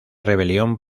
rebelión